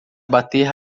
bater